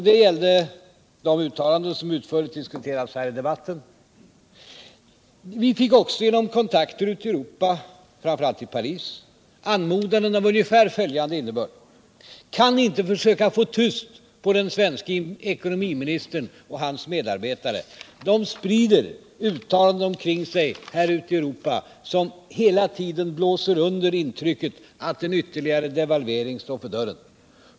Det gällde i samband med de uttalanden som utförligt diskuterats här tidigare i debatten. Genom kontakter ute i Europa, framför allt i Paris, fick vi också anmodanden av ungefär följande innebörd: Kan ni inte försöka få tyst på den svenske ekonomiministern och hans medarbetare? De sprider uttalanden omkring sig här ute i Europa som hela tiden blåser under intrycket av att en ytterligare devalvering står för dörren.